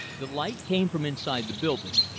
the light came from inside the building,